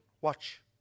Watch